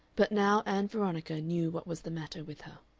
but now ann veronica knew what was the matter with her.